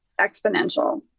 exponential